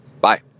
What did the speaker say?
Bye